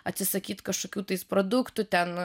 atsisakyt kažkokių tais produktų ten